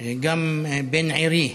גם בן עירי,